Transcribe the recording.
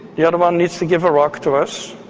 the other one needs to give a rock to us,